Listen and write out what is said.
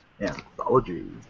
Anthology